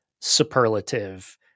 superlative